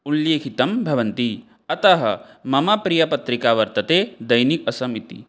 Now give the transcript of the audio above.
उल्लिखितं भवन्ति अतः मम प्रियपत्रिका वर्तते दैनिक आसाम् इति